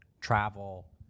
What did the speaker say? travel